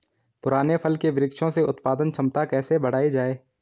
पुराने फल के वृक्षों से उत्पादन क्षमता कैसे बढ़ायी जाए?